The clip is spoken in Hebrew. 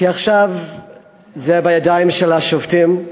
כי עכשיו זה בידיים של השופטים,